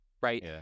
right